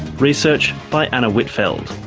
research by anna whitfeld.